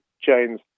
chains